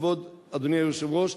כבוד אדוני היושב-ראש,